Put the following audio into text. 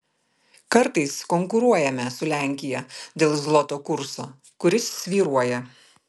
kartais konkuruojame su lenkija dėl zloto kurso kuris svyruoja